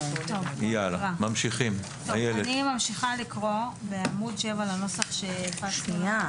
אני ממשיכה לקרוא בעמוד 7 לנוסח שהפצנו.